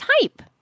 type